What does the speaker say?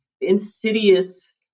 insidious